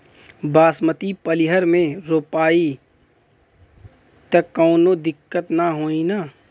बासमती पलिहर में रोपाई त कवनो दिक्कत ना होई न?